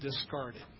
discarded